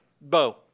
Bo